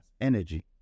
energy